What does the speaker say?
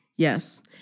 Yes